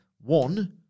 one